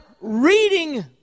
reading